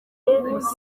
abayobozi